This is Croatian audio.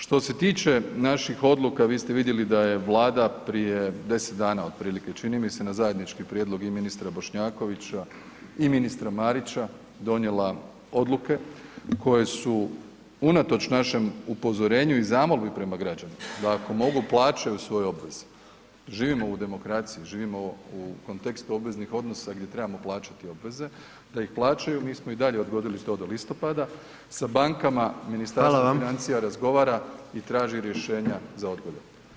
Što se tiče naših odluka vi ste vidjeli da je vlada prije 10 dana otprilike čini mi se na zajednički prijedlog i ministra Bošnjakovića i ministra Marića donijela odluke koje su unatoč našem upozorenju i zamolbi prema građanima da ako mogu plaćaju svoje obveze, živimo u demokraciji, živimo u kontekstu obveznih odnosa gdje trebamo plaćati obveze, da ih plaćaju, mi smo i dalje to odgodili do listopada, sa bankama [[Upadica: Hvala]] Ministarstvo financija razgovara i traži rješenja za odgode.